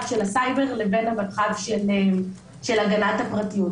של הסייבר לבין המרחב של הגנת הפרטיות,